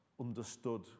understood